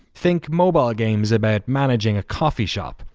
think mobile games about managing a coffee shop.